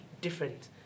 different